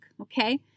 Okay